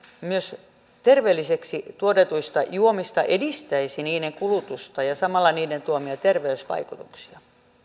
myös terveellisiksi todetuista juomista edistäisi niiden kulutusta ja samalla niiden tuomia terveysvaikutuksia